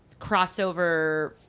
crossover